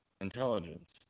intelligence